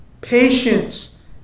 patience